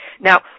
Now